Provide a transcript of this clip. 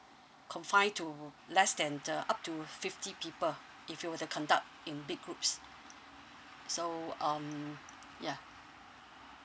confined to less than uh up to fifty people if you were to conduct in big groups so um yeah